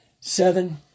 seven